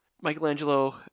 Michelangelo